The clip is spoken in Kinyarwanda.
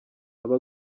aba